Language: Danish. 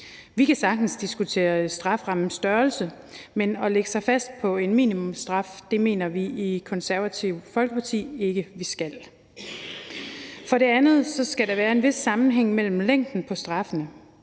Vi kan sagtens diskutere strafferammens størrelse, men at lægge sig fast på en minimumsstraf mener vi i Det Konservative Folkeparti ikke vi skal. For det andet skal der være en vis sammenhæng i længden på straffen.